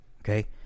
Okay